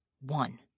one